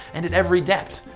and at every depth,